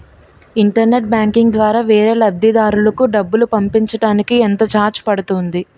Internet banking ద్వారా వేరే లబ్ధిదారులకు డబ్బులు పంపించటానికి ఎంత ఛార్జ్ పడుతుంది?